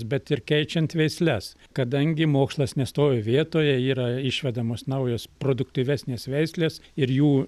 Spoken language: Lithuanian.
bet ir keičiant veisles kadangi mokslas nestovi vietoje yra išvedamos naujos produktyvesnės veislės ir jų